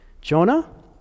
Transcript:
Jonah